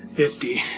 fifty,